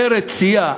ארץ צייה.